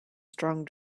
strong